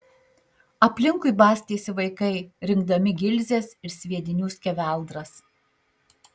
aplinkui bastėsi vaikai rinkdami gilzes ir sviedinių skeveldras